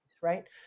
right